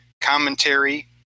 commentary